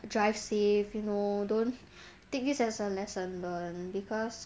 drive safe you know don't take this as a lesson learnt because